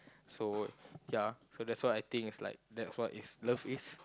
so ya so that's what I think is like that's what is love is